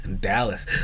Dallas